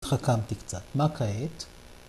‫התחכמתי קצת, מה כעת?